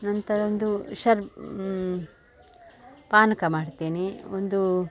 ನಂತರ ಒಂದು ಶರ್ ಪಾನಕ ಮಾಡ್ತೇನೆ ಒಂದು